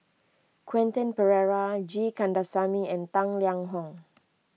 Quentin Pereira G Kandasamy and Tang Liang Hong